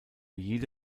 jede